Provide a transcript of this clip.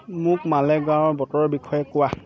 মোক মালেগাৱঁৰ বতৰৰ বিষয়ে কোৱা